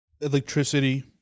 Electricity